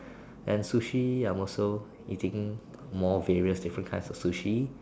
and sushi I'm also eating more various different kinds of sushi